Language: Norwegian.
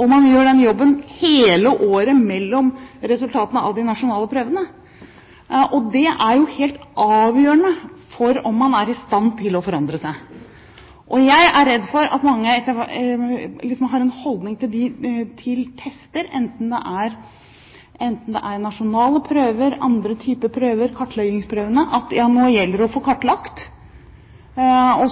Man må gjøre den jobben hele året mellom resultatene av de nasjonale prøvene – det er jo helt avgjørende for om man er i stand til å forandre seg. Jeg er redd for at mange har den holdning til tester, enten det er nasjonale prøver, eller andre typer prøver – kartleggingsprøvene – at ja, nå gjelder det å få det kartlagt.